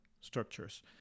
structures